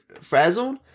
frazzled